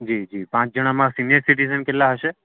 જીજી પાંચ જણામાં senior citizen કેટલા હશે